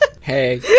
Hey